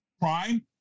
Prime